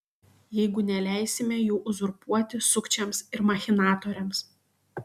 jeigu neleisime jų uzurpuoti sukčiams ir machinatoriams